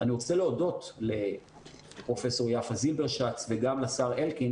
אני רוצה להודות לפרופ' יפה זילברשץ וגם לשר אלקין